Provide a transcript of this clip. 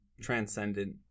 transcendent